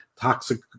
toxic